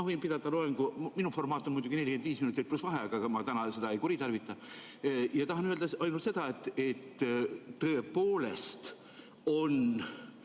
Ma võin pidada loengu, minu formaat on muidugi 45 minutit pluss vaheaeg, aga ma täna seda ei kuritarvita ja tahan öelda ainult seda, et tõepoolest on